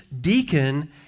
deacon